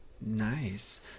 Nice